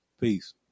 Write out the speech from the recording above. Peace